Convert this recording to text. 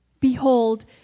behold